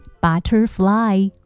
Butterfly